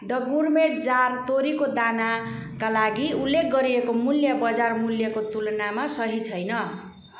the gourmet jar तोरीको दानाका लागि उल्लेख गरिएको मूल्य बजार मूल्यको तुलनामा सही छैन